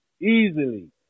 Easily